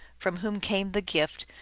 from whom came the gift,